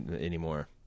anymore